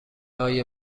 آیا